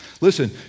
Listen